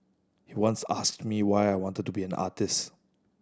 he once asked me why I wanted to be an artist